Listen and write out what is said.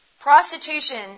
Prostitution